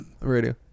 Radio